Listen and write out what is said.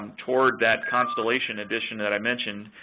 um toward that constellation edition that i've mentioned,